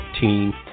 team